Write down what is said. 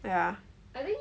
yeah